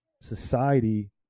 society